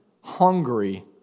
hungry